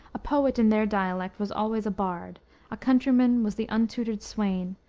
a poet in their dialect was always a bard a countryman was the untutored swain,